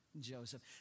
Joseph